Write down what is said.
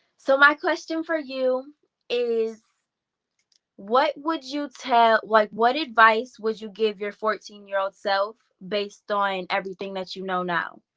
so my question for you is what would you tell like what advice would you give your fourteen year old self based on everything that you know now?